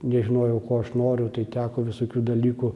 nežinojau ko aš noriu tai teko visokių dalykų